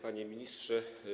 Panie Ministrze!